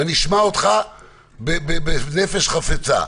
ונשמע אותך בנפש חפצה.